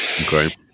Okay